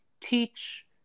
teach